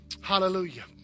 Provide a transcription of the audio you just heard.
Hallelujah